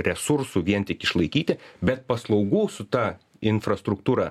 resursų vien tik išlaikyti bet paslaugų su ta infrastruktūra